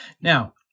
Now